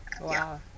Wow